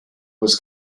was